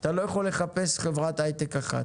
אתה לא יכול לחפש חברת היי-טק אחת,